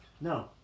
No